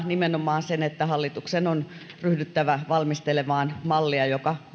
nimenomaan sen että hallituksen on ryhdyttävä valmistelemaan mallia joka